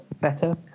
better